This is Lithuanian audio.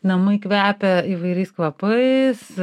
namai kvepia įvairiais kvapais